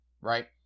Right